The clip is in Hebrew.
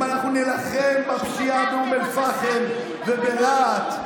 אם אנחנו נילחם בפשיעה באום אל-פחם וברהט,